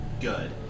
good